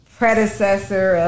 predecessor